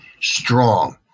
strong